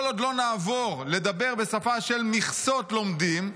כל עוד לא נעבור לדבר בשפה של מכסות לומדים,